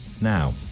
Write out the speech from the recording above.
now